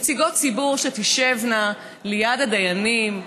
נציגות ציבור שתשבנה ליד הדיינים,